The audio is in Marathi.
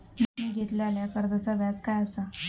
मी घेतलाल्या कर्जाचा व्याज काय आसा?